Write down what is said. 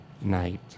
night